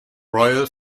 royal